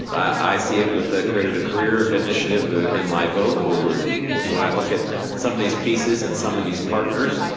i see it with the career initiative in live oak where we're when i look at some of these pieces and some of these partners,